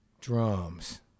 Drums